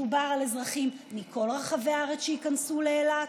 מדובר על אזרחים מכל רחבי הארץ שייכנסו לאילת,